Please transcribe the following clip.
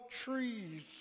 trees